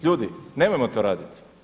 Ljudi, nemojmo to raditi.